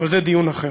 אבל זה דיון אחר.